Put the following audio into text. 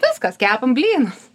viskas kepam blynus